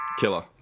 Killer